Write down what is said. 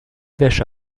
wäsche